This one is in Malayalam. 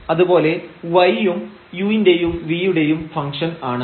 അതുപോലെ y ഉം u ന്റെയും v യുടെയും ഫംഗ്ഷൻ ആണ്